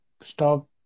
stop